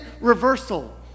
reversal